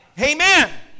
Amen